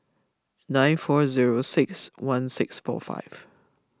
nine four zero six one six four five